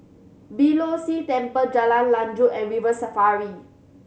Beeh Low See Temple Jalan Lanjut and River Safari